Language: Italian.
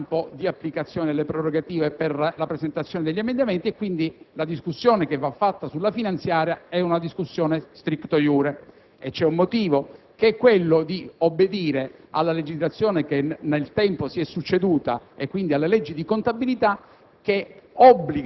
restringe il campo di applicazione delle prerogative per la presentazione degli emendamenti. La discussione che va svolta sulla finanziaria, pertanto, è *stricto iure*; e vi è un motivo, ossia obbedire alla legislazione che nel tempo si è succeduta e, quindi, alle leggi di contabilità,